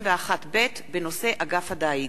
61ב בנושא אגף הדיג,